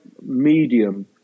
medium